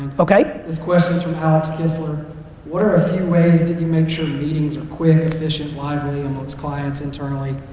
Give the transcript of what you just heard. okay. this question's from alex kistler what are a few ways that you mentioned meetings are quick efficient lively amongst clients, internally,